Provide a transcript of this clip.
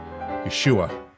Yeshua